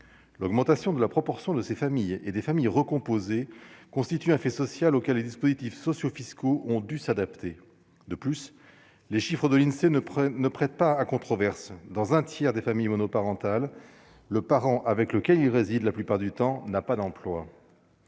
l'augmentation de la proportion de ces familles et des familles recomposées, constitue un fait social auquel les dispositifs sociaux, fiscaux ont dû s'adapter de plus, les chiffres de l'Insee ne prenne ne prête pas à controverse dans un tiers des familles monoparentales, le parent avec lequel il réside la plupart du temps n'a pas d'emploi.